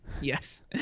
Yes